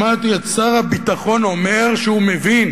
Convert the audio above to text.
שמעתי את שר הביטחון אומר שהוא מבין